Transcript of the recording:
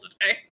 today